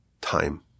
time